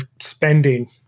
spending